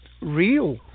real